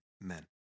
men